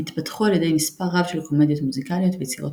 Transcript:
הם התפתחו על ידי מספר רב של קומדיות מוזיקליות ויצירות